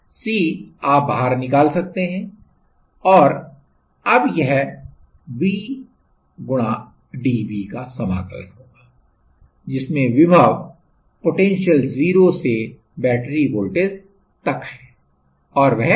C आप बाहर निकाल सकते हैं और अब यह Vdv का समाकलन होगा जिसमें विभव 0 से बैटरी वोल्टेज तक है और वह V है